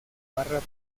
barra